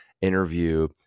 interview